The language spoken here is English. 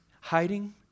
hiding